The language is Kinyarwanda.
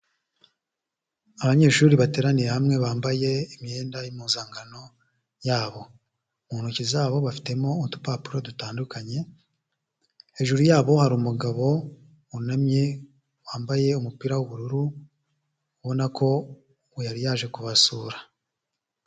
Abanyeshuri bateraniye hamwe bambaye imyenda y impimpuzankan yabo, mu ntoki zabo bafitemo udupapuro dutandukanye, hejuru yabo hari umugabo wunamye wambaye umupira w'ubururu ubona ko yari yaje kubasura.